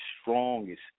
strongest